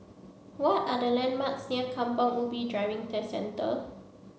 what are the landmarks near Kampong Ubi Driving Test Centre